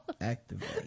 Activate